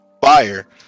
fire